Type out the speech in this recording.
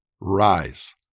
rise